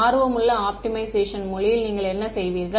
ஆர்வமுள்ள ஆப்டிமைசேஷன் மொழியில் நீங்கள் என்ன செய்வீர்கள்